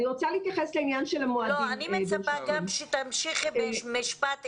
אני מצפה שתמשיכי במשפט אחד,